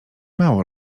mało